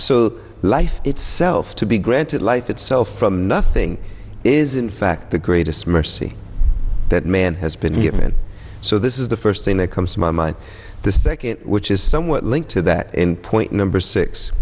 so life itself to be granted life itself from nothing is in fact the greatest mercy that man has been given so this is the first thing that comes to my mind the second which is somewhat linked to that in point number six